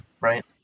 right